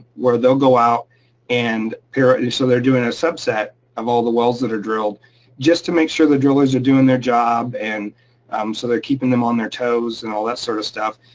where they'll go out and and. so they're doing a subset of all the wells that are drilled just to make sure the drillers are doing their job, and um so they're keeping them on their toes and all that sort of stuff.